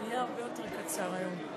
זה יהיה הרבה יותר קצר היום.